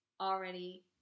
already